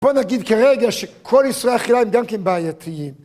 בוא נגיד כרגע שכל איסורי אכילה הם גם כן בעייתיים